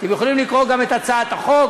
אתם יכולים לקרוא גם את הצעת החוק,